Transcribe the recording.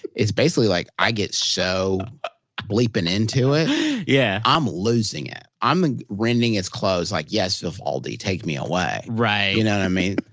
it's basically like i get so bleeping into it yeah i'm losing it. i'm rending its clothes like, yes, vivaldi. take me away. right you know what i mean?